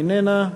איננה,